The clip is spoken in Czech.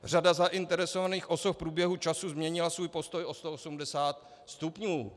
Řada zainteresovaných osob v průběhu času změnila svůj postoj o 180 stupňů.